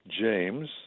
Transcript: James